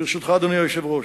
ברשותך, אדוני היושב-ראש,